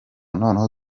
noneho